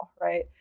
right